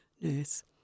nurse